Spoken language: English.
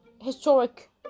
historic